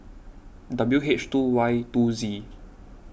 W H two Y two Z